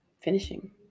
finishing